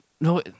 no